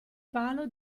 palo